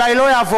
אולי לא יעבור,